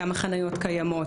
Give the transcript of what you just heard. כמה חניות קיימות.